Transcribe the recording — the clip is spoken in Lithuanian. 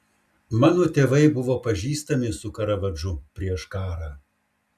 mano tėvai buvo pažįstami su karavadžu prieš karą